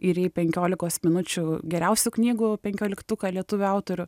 ir į penkiolikos minučių geriausių knygų penkioliktuką lietuvių autorių